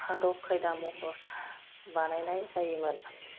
आदब खायदा महर बानायनाय जायोमोन